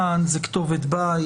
מען זה כתובת בית.